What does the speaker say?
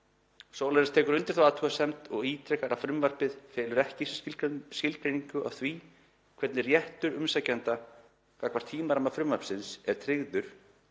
Solaris tekur undir þá athugasemd og ítrekar að frumvarpið felur ekki í sér skilgreiningu á hvernig réttur umsækjanda gagnvart tímaramma frumvarpsins er tryggður